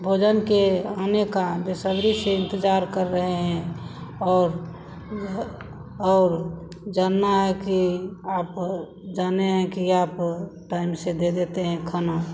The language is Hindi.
भोजन के आने का बेसब्री से इन्तज़ार कर रहे हैं और और जानना है कि आप जाने हैं कि आप टाइम से दे देते हैं खाना